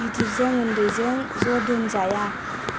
गिदिरजों ओन्दैजों ज' दोनजाया